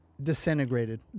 Disintegrated